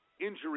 Injury